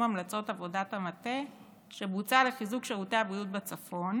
המלצות עבודת המטה שבוצעה לחיזוק שירותי הבריאות בצפון,